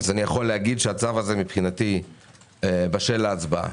הצו הזה מבחינתי בשל להצבעה.